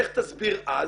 איך תסביר אז